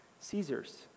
Caesar's